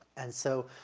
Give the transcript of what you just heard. and so,